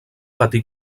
patir